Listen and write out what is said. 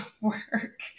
work